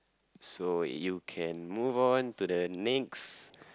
so you can move on to the next